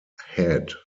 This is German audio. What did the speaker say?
head